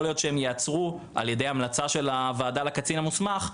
יכול להיות שהם יעצרו על ידי המלצה של הוועדה לקצין המוסמך,